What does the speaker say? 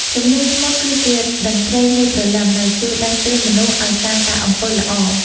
សំនៀងស្មូតគឺជាតន្ត្រីនៃព្រលឹង ដែលជួយដាស់តឿនមនុស្សឱ្យសាងតែអំពើល្អ។